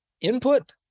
input